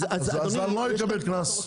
אז על מה יקבל קנס?